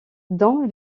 don